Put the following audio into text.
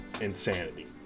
insanity